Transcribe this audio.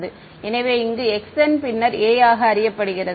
மாணவர் எனவே இங்கே χn பின்னர் a ஆக அறியப்படுகிறது